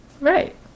Right